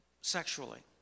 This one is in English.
sexually